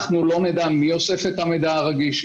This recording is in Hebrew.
כאשר אנחנו לא נדע מי אוסף את המידע הרגיש,